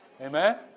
Amen